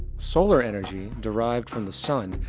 solar energy, derived from the sun,